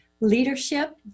leadership